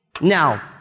Now